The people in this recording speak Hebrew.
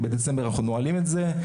אנחנו נועלים את זה בדצמבר.